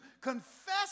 confess